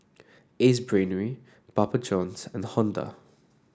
Ace Brainery Papa Johns and Honda